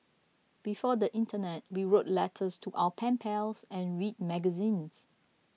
before the internet we wrote letters to our pen pals and read magazines